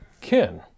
kin